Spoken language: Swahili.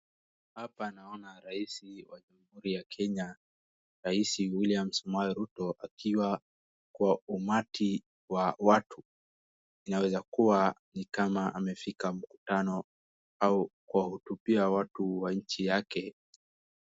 Hapa naona rais wa kenya rais William Samoe Ruto akiwa kwa umati wa watu innaweza kuwa ni kama amefika mkutano au kuwahutubia watu wa nchi yake.